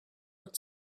with